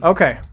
Okay